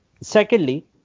Secondly